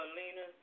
Alina